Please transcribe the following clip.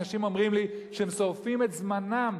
אנשים אומרים לי שהם שורפים את זמנם